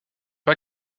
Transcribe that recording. pas